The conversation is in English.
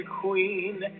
queen